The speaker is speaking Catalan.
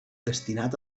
destinat